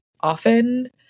often